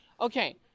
Okay